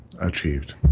achieved